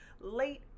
late